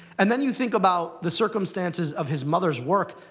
and then you think about the circumstances of his mother's work.